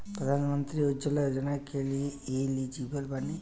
प्रधानमंत्री उज्जवला योजना के लिए एलिजिबल बानी?